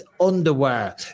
Underwear